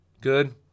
Good